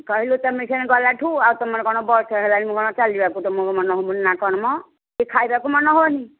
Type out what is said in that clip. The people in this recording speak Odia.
କହିଲ ତୁମେ ଗଲାଠୁ ଆଉ ତୁମର କ'ଣ ବୟସ ହେଲାଣି ମୁଁ କ'ଣ ଚାଲିବାକୁ ତୁମକୁ ମନ ହେଉନି ନା କ'ଣ ମ କି ଖାଇବାକୁ ମନ ହେଉନି